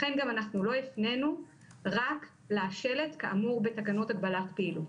לכן אנחנו גם לא הפנינו רק לשלט כאמור בתקנות הגבלת פעילות.